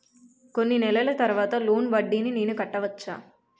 కొన్ని నెలల తర్వాత లోన్ వడ్డీని నేను కట్టవచ్చా?